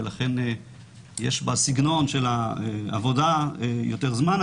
ולכן יש בסגנון של העבודה יותר זמן.